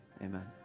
amen